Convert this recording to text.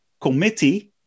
committee